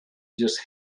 just